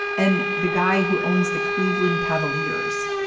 and the guy who owns the cleveland cavaliers.